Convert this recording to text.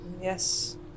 Yes